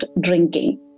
drinking